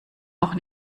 auch